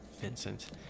Vincent